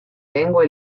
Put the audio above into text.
lengua